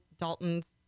Dalton's